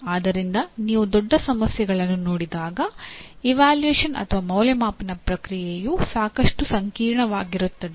ಆದ್ದರಿಂದ ನೀವು ದೊಡ್ಡ ಸಮಸ್ಯೆಗಳನ್ನು ನೋಡಿದಾಗ ಇವ್ಯಾಲ್ಯೂಯೇಷನ್ ಪ್ರಕ್ರಿಯೆಯು ಸಾಕಷ್ಟು ಸಂಕೀರ್ಣವಾಗಿರುತ್ತದೆ